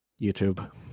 YouTube